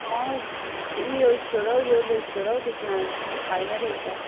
अँ ऊ यो स्टोर हौ येल्लो स्टोर हौ त्यसमा छैन रहेछ